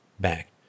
back